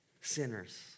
sinners